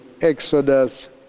Exodus